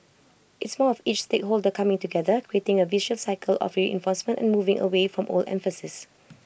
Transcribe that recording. it's more of each stakeholder coming together creating A virtuous cycle of reinforcement and moving away from old emphases